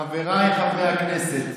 חבריי חברי הכנסת,